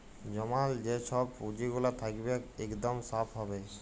জমাল যে ছব পুঁজিগুলা থ্যাকবেক ইকদম স্যাফ ভাবে